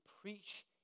preach